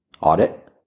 audit